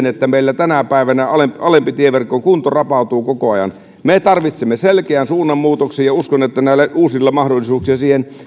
että meillä tänä päivänä alemman tieverkon kunto rapautuu koko ajan me tarvitsemme selkeän suunnanmuutoksen ja uskon että näillä uusilla mahdollisuuksilla siihen